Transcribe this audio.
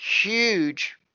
huge